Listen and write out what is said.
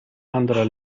anderer